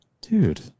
dude